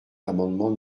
l’amendement